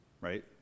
right